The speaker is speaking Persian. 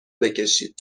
بکشید